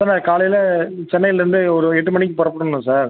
sir நான் காலையில் சென்னையிலிருந்து ஒரு எட்டு மணிக்கு புறப்படணும் சார்